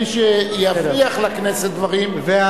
מי שיבריח לכנסת דברים,